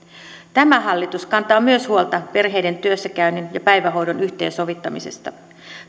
tämä hallitus kantaa huolta perheiden työssäkäynnin ja päivähoidon yhteensovittamisesta